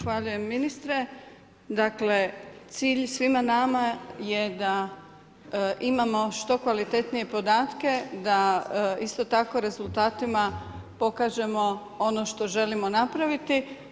Zahvaljujem ministre, dakle cilj svima nama je da imamo što kvalitetnije podatke, da isto tako rezultatima pokažemo ono što želimo napraviti.